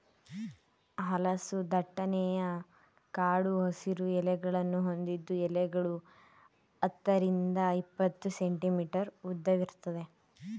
ಹಲಸು ದಟ್ಟನೆಯ ಕಡು ಹಸಿರು ಎಲೆಗಳನ್ನು ಹೊಂದಿದ್ದು ಎಲೆಗಳು ಹತ್ತರಿಂದ ಇಪ್ಪತ್ತು ಸೆಂಟಿಮೀಟರ್ ಉದ್ದವಿರ್ತದೆ